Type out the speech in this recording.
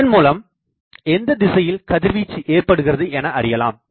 இதன் மூலம் எந்த திசையில் கதிர்வீச்சு ஏற்படுகிறது எனஅறியலாம்